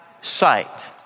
sight